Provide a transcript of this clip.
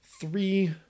three